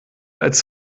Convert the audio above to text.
als